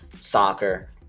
soccer